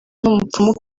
n’umupfumu